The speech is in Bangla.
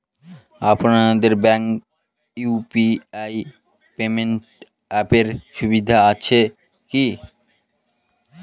আপনাদের ব্যাঙ্কে ইউ.পি.আই পেমেন্ট অ্যাপের সুবিধা আছে কি?